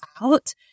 out